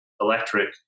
electric